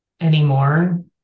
anymore